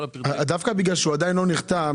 דווקא בגלל שהוא עדיין לא נחתם,